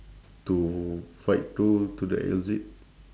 to fight through to the exit